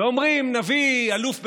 ואומרים: נביא אלוף בצה"ל.